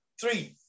Three